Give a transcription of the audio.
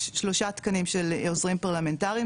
יש שלושה תקנים של עוזרים פרלמנטריים,